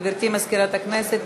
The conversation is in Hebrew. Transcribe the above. גברתי מזכירת הכנסת,